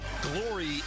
Glory